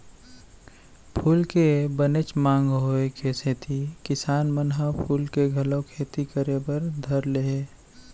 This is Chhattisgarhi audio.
फूल के बनेच मांग होय के सेती किसान मन ह फूल के घलौ खेती करे बर धर लिये हें